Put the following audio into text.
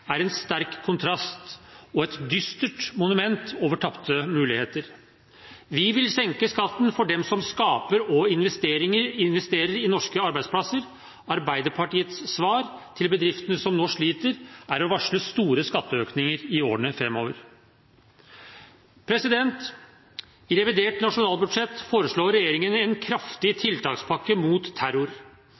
er en sterk kontrast og et dystert monument over tapte muligheter. Vi vil senke skatten for dem som skaper og investerer i norske arbeidsplasser. Arbeiderpartiets svar til bedriftene som nå sliter, er å varsle store skatteøkninger i årene fremover. I revidert nasjonalbudsjett foreslår regjeringen en kraftig tiltakspakke mot terror.